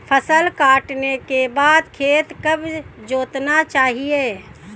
फसल काटने के बाद खेत कब जोतना चाहिये?